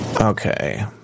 Okay